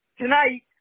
tonight